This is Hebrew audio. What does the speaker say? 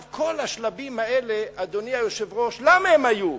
כל השלבים האלה, אדוני היושב-ראש, למה הם היו?